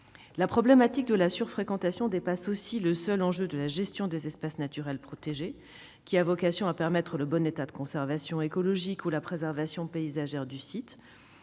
Le problème de la sur-fréquentation des sites dépasse aussi le seul enjeu de la gestion des espaces naturels protégés, qui a vocation à permettre le bon état de conservation écologique ou de préservation paysagère du site.